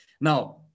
Now